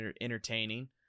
entertaining